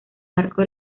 marco